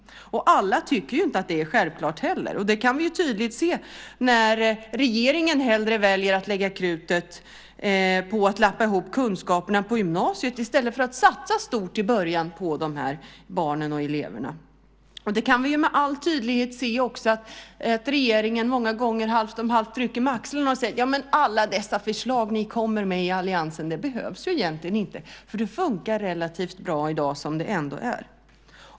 Alla tycker inte att det är självklart heller. Det kan vi tydligt se när regeringen hellre väljer att lägga krutet på att lappa ihop kunskaperna på gymnasiet i stället för att satsa stort i början på barnen och eleverna. Vi kan med all tydlighet se att regeringen många gånger halvt om halvt rycker på axlarna och säger: Alla dessa förslag ni kommer med i alliansen behövs egentligen inte. Det fungerar relativt bra i dag som det ändå är.